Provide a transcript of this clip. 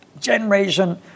generation